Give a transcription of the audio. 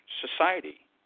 society